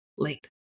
late